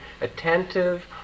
attentive